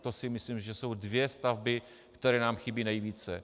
To si myslím, že jsou dvě stavby, které nám chybí nejvíce.